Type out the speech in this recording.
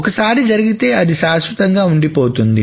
ఒకసారి జరిగితే అది శాశ్వతంగా ఉండిపోతుంది